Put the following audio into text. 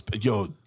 yo